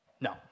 No